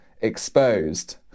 exposed